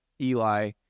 Eli